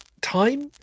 time